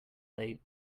late